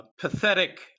pathetic